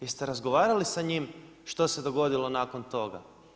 Jeste li razgovarali sa njim što se dogodilo nakon toga?